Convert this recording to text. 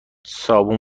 صابون